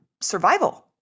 survival